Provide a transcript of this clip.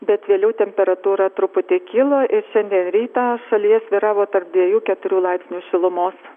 bet vėliau temperatūra truputį kilo ir šiandien rytą šalyje svyravo tarp dviejų keturių laipsnių šilumos